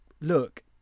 look